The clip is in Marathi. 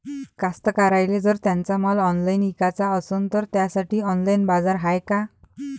कास्तकाराइले जर त्यांचा माल ऑनलाइन इकाचा असन तर त्यासाठी ऑनलाइन बाजार हाय का?